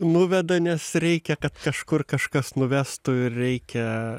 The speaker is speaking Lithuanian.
nuveda nes reikia kad kažkur kažkas nuvestų ir reikia